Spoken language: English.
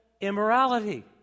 immorality